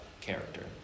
character